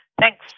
Thanks